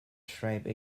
stripe